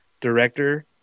director